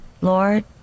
Lord